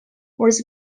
was